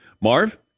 Marv